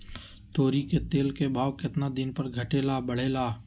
तोरी के तेल के भाव केतना दिन पर घटे ला बढ़े ला?